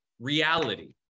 reality